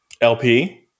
LP